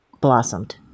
blossomed